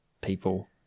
people